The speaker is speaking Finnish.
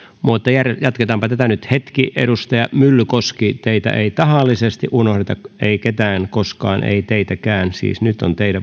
mutta jatketaanpa tätä nyt hetki edustaja myllykoski teitä ei tahallisesti unohdeta ei ketään koskaan ei teitäkään siis nyt on teidän